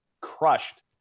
crushed